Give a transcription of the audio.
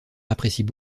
apprécient